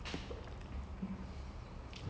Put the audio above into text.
so he's like a lone wolf by himself lah